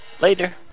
Later